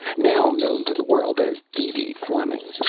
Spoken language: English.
now known to the world as deedee fleming.